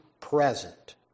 present